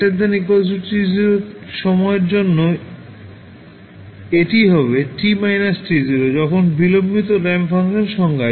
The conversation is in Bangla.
t ≥ t0 সময়ের এর জন্য এটি হবে t − t0 যখন বিলম্বিত র্যাম্প ফাংশন সংজ্ঞায়িত হয়